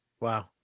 Wow